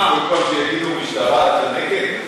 מה, כל פעם שיגידו משטרה אתה נגד?